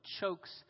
chokes